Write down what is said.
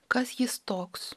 kas jis toks